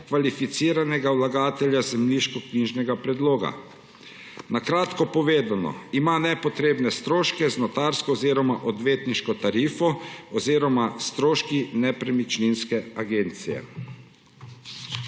kvalificiranega vlagatelja zemljiškoknjižnega predloga. Na kratko povedano, ima nepotrebne stroške z notarsko oziroma odvetniško tarifo oziroma s stroški nepremičninske agencije.